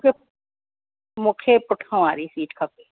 त मूंखे पुठों वारी सीट खपे